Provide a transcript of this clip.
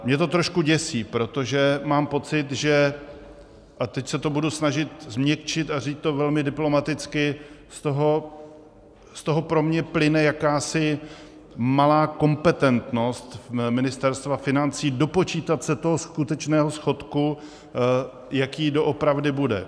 Mě to trošku děsí, protože mám pocit a teď se to budu snažit změkčit a říct to velmi diplomaticky že z toho pro mě plyne jakási malá kompetentnost Ministerstva financí dopočítat se toho skutečného schodku, jaký doopravdy bude.